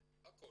זה הכל.